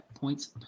points